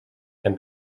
can